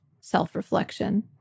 self-reflection